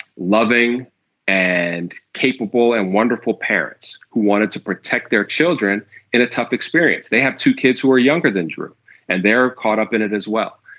loving and capable and wonderful parents who wanted to protect their children in a tough experience. they have two kids who were younger than drew and they're caught up in it as well.